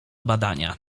badania